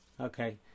Okay